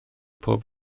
pob